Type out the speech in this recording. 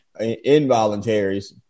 involuntaries